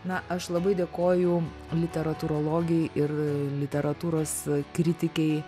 na aš labai dėkoju literatūrologei ir literatūros kritikei